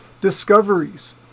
discoveries